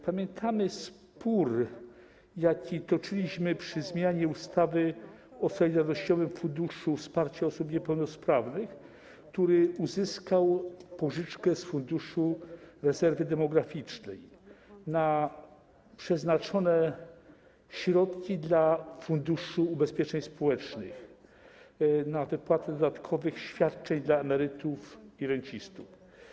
Pamiętamy spór, jaki toczyliśmy przy zmianie ustawy o Solidarnościowym Funduszu Wsparcia Osób Niepełnosprawnych, który uzyskał pożyczkę z Funduszu Rezerwy Demograficznej na środki przeznaczone dla Funduszu Ubezpieczeń Społecznych, na wypłaty dodatkowych świadczeń dla emerytów i rencistów.